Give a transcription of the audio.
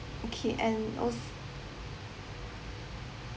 okay and also